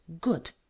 good